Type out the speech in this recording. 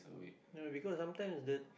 no because sometimes the